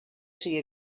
siga